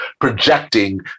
projecting